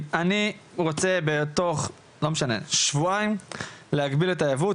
"אני רוצה בתוך שבועיים להגביל את הייבוא".